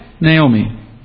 Naomi